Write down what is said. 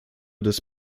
des